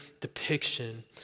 depiction